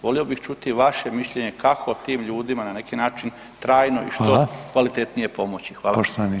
Volio bih čuti vaše mišljenje kako tim ljudima na neki način trajno i što kvalitetnije pomoći.